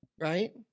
Right